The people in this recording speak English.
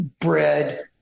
bread